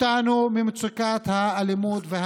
אותנו ממצוקת האלימות והפשיעה,